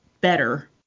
better